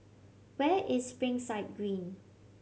where is Springside Green